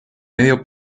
medio